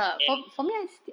then